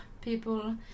people